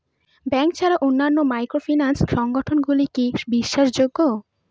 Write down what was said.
Bank ছাড়া অন্যান্য microfinance সংগঠন গুলি কি বিশ্বাসযোগ্য?